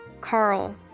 Carl